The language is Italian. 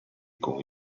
con